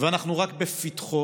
ואנחנו רק בפתחו.